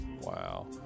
Wow